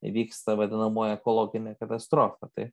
įvyksta vadinamoji ekologinė katastrofa tai